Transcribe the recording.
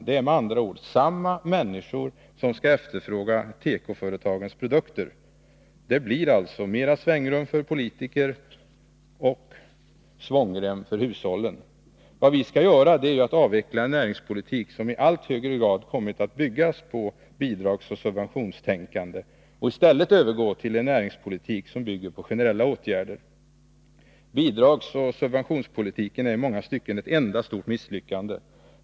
Det är med andra ord samma människor som skall efterfråga tekoföretagens produkter. Det blir alltså mer svängrum för politiker och svångrem för hushållen. Vad vi skall göra är ju att avveckla en näringspolitik som i allt högre grad kommit att byggas på bidragsoch subventionstänkande och i stället övergå till en näringspolitik som bygger på generella åtgärder. Bidragsoch subventionspolitiken är i många stycken ett enda stort misslyckande.